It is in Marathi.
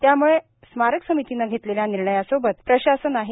त्याम्ळे स्मारक समितीने घेतलेल्या निर्णयासोबत प्रशासन आहे